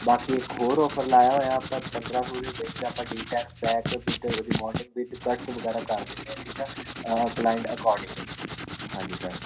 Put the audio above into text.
ਬਾਕੀ ਇੱਕ ਹੋਰ ਓਫਰ ਲਾਇਆ ਹੋਇਆ ਆਪਾਂ ਪੰਦਰਾਂ ਸੌ ਦੇ ਵਿੱਚ ਆਪਾਂ D tan pack with rebonding with cuts ਵਗੈਰਾ ਕਰ ਦਿੰਦੇ ਹਾਂ ਠੀਕ ਆ ਕਲਾਇੰਟ ਅਕੋਡਿੰਗ ਹਾਂਜੀ ਸਰ